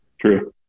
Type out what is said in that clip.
True